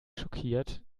schockiert